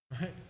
right